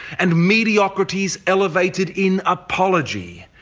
and mediocrities elevated in apology.